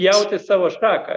pjauti savo šaką